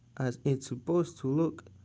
as it's supposed to look.